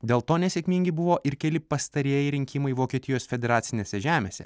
dėl to nesėkmingi buvo ir keli pastarieji rinkimai vokietijos federacinėse žemėse